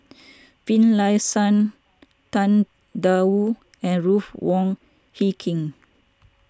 Finlayson Tang Da Wu and Ruth Wong Hie King